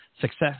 Success